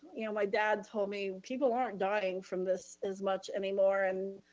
you know, my dad told me people aren't dying from this as much anymore and